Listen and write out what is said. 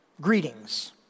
greetings